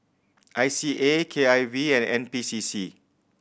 I C A K I V and N P C C